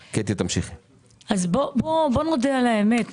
בואו נודה על האמת,